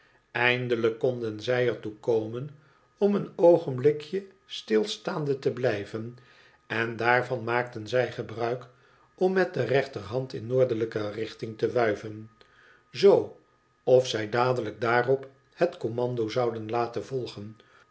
eindelijk konden zij er toe komen om een oogenblikje stilstaande te blijven en daarvan maakten zij gebruik om met de rechterhand in noordelijke richting te wuiven z of zij dadelijk daarop het commando zouden laten volgen